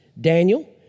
Daniel